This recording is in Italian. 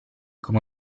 come